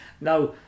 now